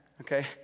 okay